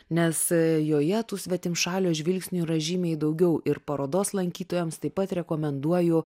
nes joje tų svetimšalių žvilgsnių yra žymiai daugiau ir parodos lankytojams taip pat rekomenduoju